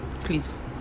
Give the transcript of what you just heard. please